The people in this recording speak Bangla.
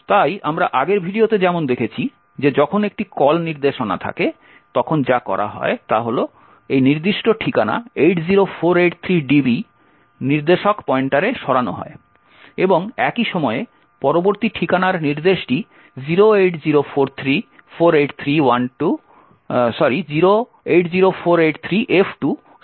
তাই আমরা আগের ভিডিওতে যেমন দেখেছি যে যখন একটি কল নির্দেশনা থাকে তখন যা করা হয় তা হল এই নির্দিষ্ট ঠিকানা 80483db নির্দেশক পয়েন্টারে সরানো হয় এবং একই সময়ে পরবর্তী ঠিকানার নির্দেশনাটি 080483f2 স্ট্যাকে পুশ করা হয়